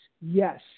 Yes